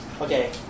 Okay